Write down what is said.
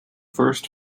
first